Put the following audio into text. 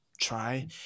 try